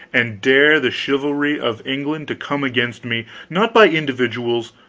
and dare the chivalry of england to come against me not by individuals,